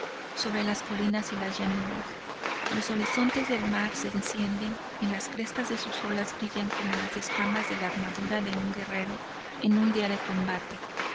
sobre las colinas y las llanuras los horizontes del mar se encienden y las crestas de sus olas brillan como las escamas de la armadura de un guerrero en un día de combate